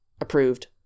approved